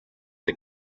der